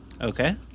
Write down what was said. Okay